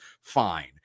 fine